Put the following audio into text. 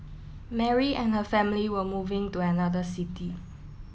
Mary and her family were moving do another city